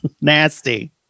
Nasty